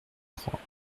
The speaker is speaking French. trois